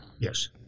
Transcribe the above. Yes